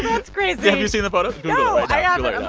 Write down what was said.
that's crazy have you seen the but yeah yeah but